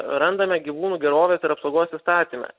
randame gyvūnų gerovės ir apsaugos įstatyme